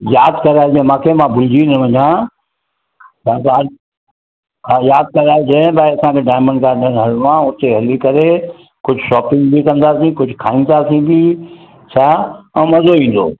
यादि कराइजे मूंखे मां भुलिजी न वञा हा त हा यादि कराइजे भई असांखे डायमंड गार्डन हलिणो आहे हुते हली करे कुझु शॉपिंग बि कंदासीं कुझु खाईंदासीं बि छा ऐं मज़ो ईंदो